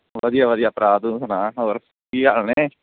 ਵਧੀਆ ਵਧੀਆ ਭਰਾ ਤੂੰ ਸੁਣਾ ਹੋਰ ਕੀ ਹਾਲ ਨੇ